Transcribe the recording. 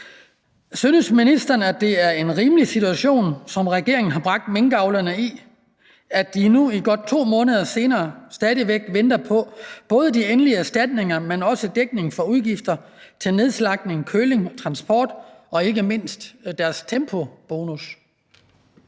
Synes ministeren, at det er en rimelig situation, som regeringen har bragt minkavlerne i, at de nu godt 2 måneder senere stadig væk venter på både de endelige erstatninger, men også dækning for udgifterne til nedslagtning, køling og transport og ikke mindst deres tempobonus?